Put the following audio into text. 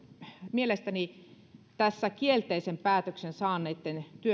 mielestäni tässä kielteisen päätöksen saaneitten työnteko